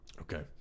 Okay